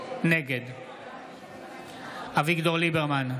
נגד אביגדור ליברמן,